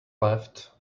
left